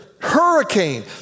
hurricane